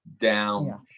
down